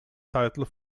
title